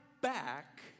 back